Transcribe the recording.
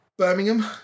Birmingham